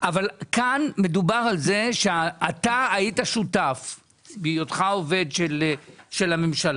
אבל כאן מדובר על זה שאתה היית שותף בהיותך עובד של הממשלה,